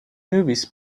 movies